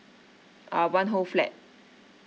uh one whole flat